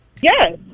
Yes